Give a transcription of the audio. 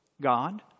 God